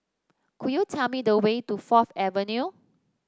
could you tell me the way to Fourth Avenue